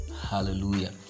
hallelujah